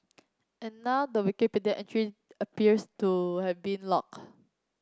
and now the Wikipedia entry appears to have been locked